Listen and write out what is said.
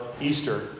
Easter